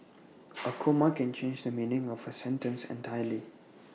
A comma can change the meaning of A sentence entirely